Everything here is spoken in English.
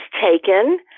taken